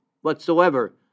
whatsoever